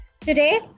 Today